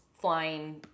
flying